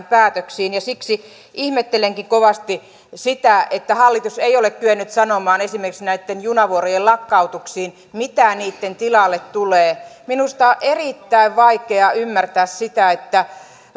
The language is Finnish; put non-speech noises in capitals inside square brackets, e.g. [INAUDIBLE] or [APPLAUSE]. [UNINTELLIGIBLE] päätöksiin ja siksi ihmettelenkin kovasti sitä että hallitus ei ole kyennyt sanomaan esimerkiksi näistä junavuorojen lakkautuksista mitä niitten tilalle tulee minusta on erittäin vaikea ymmärtää sitä että